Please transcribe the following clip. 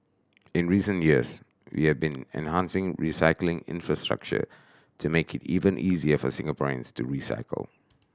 in recent years we have been enhancing recycling infrastructure to make it even easier for Singaporeans to recycle